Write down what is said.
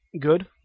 good